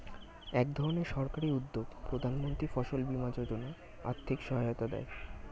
একধরনের সরকারি উদ্যোগ প্রধানমন্ত্রী ফসল বীমা যোজনা আর্থিক সহায়তা দেয়